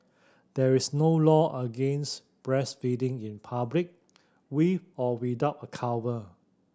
there is no law against breastfeeding in public with or without a cover